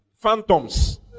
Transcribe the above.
Phantoms